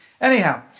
Anyhow